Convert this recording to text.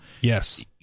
yes